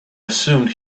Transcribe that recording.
assumed